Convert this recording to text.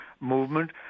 movement